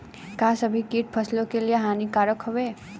का सभी कीट फसलों के लिए हानिकारक हवें?